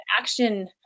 action